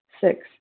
Six